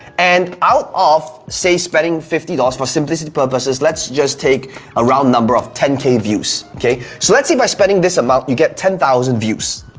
and out of, say spending fifty dollars for simplicity purposes, let's just take a round number of ten k views, okay? so let's say by spending this amount, you get ten thousand views.